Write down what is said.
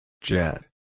Jet